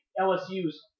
LSU's